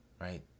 right